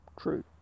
True